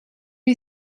you